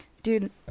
dude